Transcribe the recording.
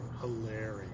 hilarious